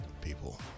people